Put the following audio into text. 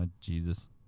Jesus